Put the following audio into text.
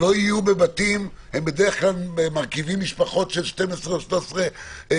שלא יהיו בבתים שבדרך כלל מרכיבים משפחות של 12 או 13 נפשות,